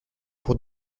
pour